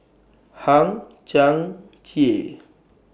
Hang Chang Chieh